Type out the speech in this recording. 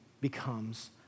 becomes